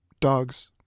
dogs